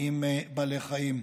עם בעלי חיים.